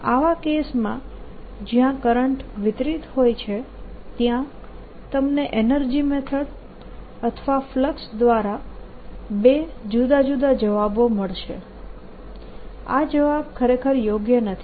તેથી એવા કેસોમાં જ્યાં કરંટ વિતરીત હોય છે ત્યાં તમને એનર્જી મેથડ અથવા ફ્લક્સ દ્વારા બે જુદા જુદા જવાબો મળશે આ જવાબ ખરેખર યોગ્ય નથી